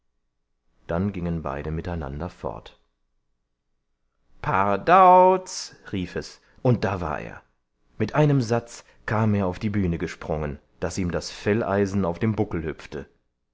dann gingen beide miteinander fort pardauz rief es und da war er mit einem satz kam er auf die bühne gesprungen daß ihm das felleisen auf dem buckel hüpfte